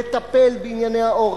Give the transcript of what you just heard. לטפל בענייני העורף,